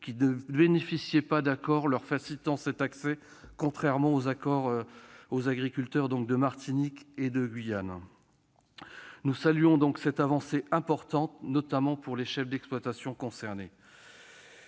qui ne bénéficient pas d'accord leur facilitant cet accès, contrairement aux agriculteurs de Martinique et de Guyane. Nous saluons cette avancée importante, notamment pour les chefs d'exploitation. Très